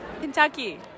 Kentucky